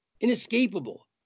inescapable